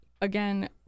Again